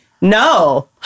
no